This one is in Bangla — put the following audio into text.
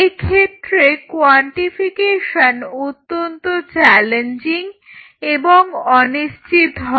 এক্ষেত্রে কোয়ান্টিফিকেশন অত্যন্ত চ্যালেঞ্জিং এবং অনিশ্চিত হয়